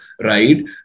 right